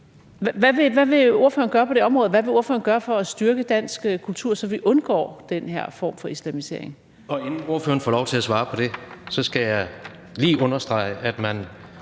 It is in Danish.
Hvad vil ordføreren gøre på de områder? Hvad vil ordføreren gøre for at styrke dansk kultur, så vi undgår den her form for islamisering? Kl. 16:48 Tredje næstformand (Jens Rohde): Inden ordføreren får lov til at svare på det, skal jeg lige understrege, at man